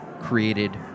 created